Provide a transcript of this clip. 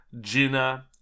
Gina